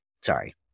Sorry